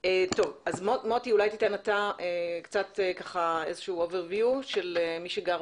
אז מוטי אולי תיתן אתה קצת מבט כולל של מי שגר